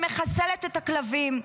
שמחסלת את הכלבים?